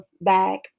back